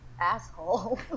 asshole